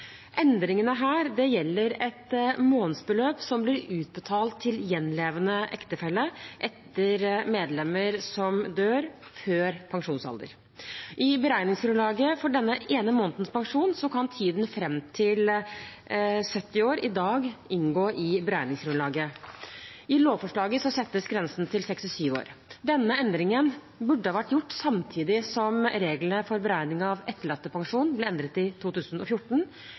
gjelder et månedsbeløp som blir utbetalt til gjenlevende ektefelle etter medlemmer som dør før pensjonsalder. I beregningsgrunnlaget for denne ene måneds pensjon kan tiden fram til 70 år i dag inngå i beregningsgrunnlaget. I lovforslaget settes grensen til 67 år. Denne endringen burde vært gjort samtidig som reglene for beregning av etterlattepensjon ble endret i 2014.